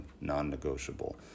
non-negotiable